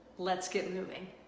let's get moving.